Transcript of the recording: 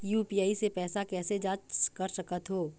UPI से पैसा कैसे जाँच कर सकत हो?